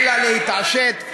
אלא להתעשת,